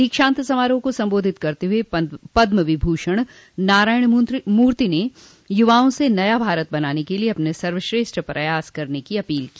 दीक्षांत समारोह को सम्बोधित करते हुये पद्मविभूषण नारायण मूर्ति ने युवाओं से नया भारत बनाने के लिये अपना सर्वश्रेष्ठ प्रयास करने की अपील की